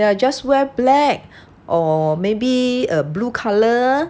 yeah just wear black or maybe err blue colour